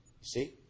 See